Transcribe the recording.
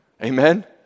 Amen